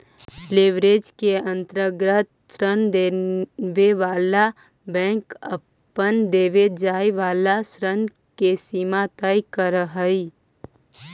leverage के अंतर्गत ऋण देवे वाला बैंक अपन देवे जाए वाला ऋण के सीमा तय करऽ हई